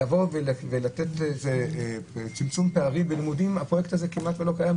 לבוא ולתת צמצום פערים בלימודים הפרויקט הזה כמעט ולא קיים,